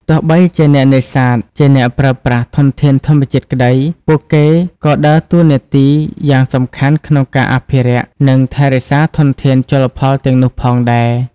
ទោះបីជាអ្នកនេសាទជាអ្នកប្រើប្រាស់ធនធានធម្មជាតិក្តី ពួកគេក៏ដើរតួនាទីយ៉ាងសំខាន់ក្នុងការអភិរក្ស និងថែរក្សាធនធានជលផលទាំងនោះផងដែរ។